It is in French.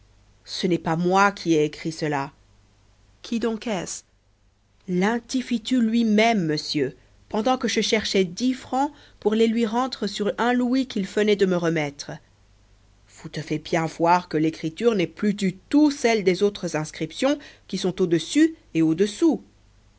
ce n'est pas moi qui ai écrit cela qui donc est-ce l'individu lui-même monsieur pendant que je cherchais dix francs pour les lui rendre sur un louis qu'il venait de me remettre vous devez bien voir que l'écriture n'est plus du tout celle des autres inscriptions qui sont au-dessus et au-dessous